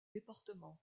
département